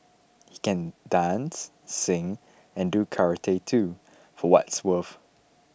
he can dance sing and do karate too for what's worth